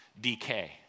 decay